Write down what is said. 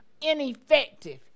ineffective